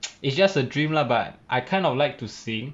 is just a dream lah but I kind of like to sing